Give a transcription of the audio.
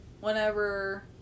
whenever